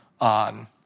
on